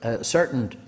certain